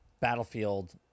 Battlefield